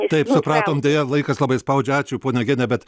taip supratom deja laikas labai spaudžia ačiū ponia gene bet